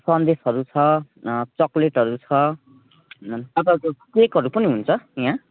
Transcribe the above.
सन्देशहरू छ चकलेटहरू छ तपाईँको केकहरू पनि हुन्छ यहाँ